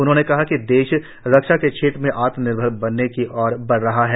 उन्होंने कहा कि देश रक्षा के क्षेत्र में आत्मनिर्भर बनने की ओर आगे बढ रहा है